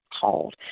called